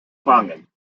fangen